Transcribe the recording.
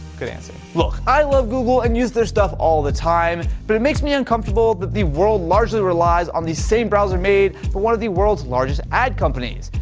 good answer. look, i love google and use their stuff all the time, but it makes me uncomfortable that the world largely relies on the same browser made for one of the worlds largest add company's.